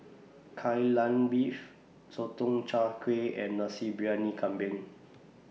Kai Lan Beef Sotong Char Kway and Nasi Briyani Kambing